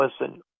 listen